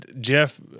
Jeff